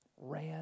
ran